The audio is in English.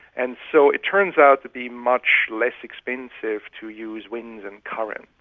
and so it turns out to be much less expensive to use winds and currents,